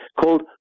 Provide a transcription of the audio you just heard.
called